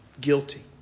guilty